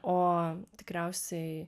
o tikriausiai